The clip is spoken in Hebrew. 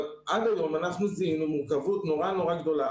אבל עד היום אנחנו זיהינו מורכבות מאוד מאוד גדולה,